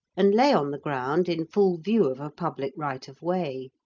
and lay on the ground in full view of a public right of way.